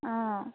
অঁ